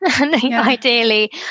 Ideally